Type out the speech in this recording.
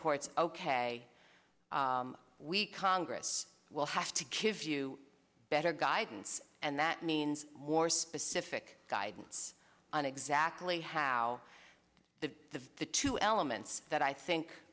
courts ok we congress will have to give you better guidance and that means more specific guidance on exactly how the two elements that i think